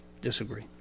disagree